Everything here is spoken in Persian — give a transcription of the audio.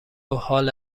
حال